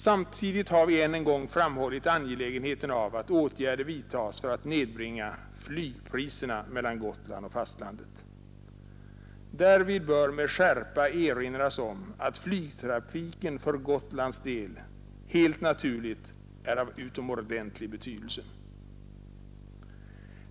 Samtidigt har vi än en gång framhållit angelägenheten av att åtgärder vidtas för att nedbringa flygkostnaderna mellan Gotland och fastlandet. Därvid bör med skärpa erinras om att flygtrafiken för Gotlands del helt naturligt är av utomordentlig betydelse.